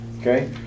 Okay